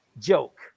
joke